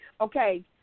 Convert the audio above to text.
Okay